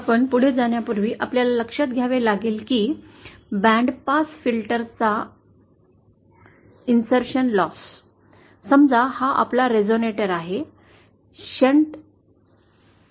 आपन जाण्यापूर्वी आपल्याला लक्षात घ्यावे लागेल की बॅन्ड पास फिल्टर चा ग्याप ने्भूत तोटा समजा हा आपला रेझोनेटर आहे शंट मध्ये एक शंट रेझोनेटर आहे